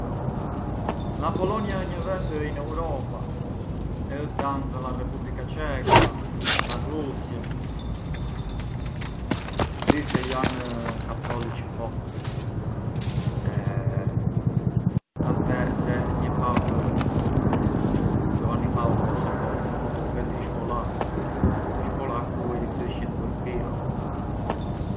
La Polonia ë një vend in Europa e ë dancë a la Repubblica Ceca, la Russia, di se jan cattolici fort atje e kam bes se një papë, Giovanni Paolo secondo, më duket, ish polaccu, ish polaccu e i thëshjën Wojtila per esempiu.